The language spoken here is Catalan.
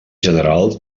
general